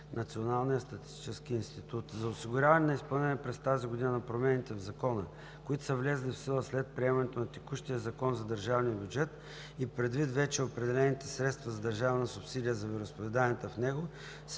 Националния статистически институт. За осигуряване на изпълнението през тази година на промените в Закона, които са влезли в сила след приемането на текущия закон за държавния бюджет, и предвид вече определените средства за държавна субсидия за вероизповеданията в него,